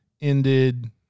ended